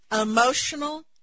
emotional